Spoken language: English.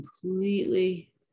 completely